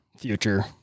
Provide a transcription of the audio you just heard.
future